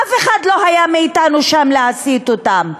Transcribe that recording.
אף אחד מאתנו לא היה שם להסית אותם,